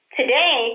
today